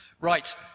Right